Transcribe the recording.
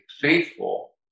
faithful